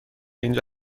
اینجا